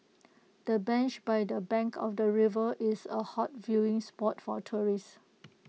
the bench by the bank of the river is A hot viewing spot for tourists